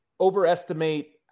overestimate